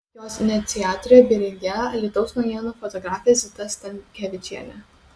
jos iniciatorė bei rengėja alytaus naujienų fotografė zita stankevičienė